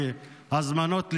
בהזמנות לשימוע,